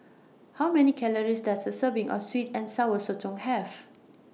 How Many Calories Does A Serving of Sweet and Sour Sotong Have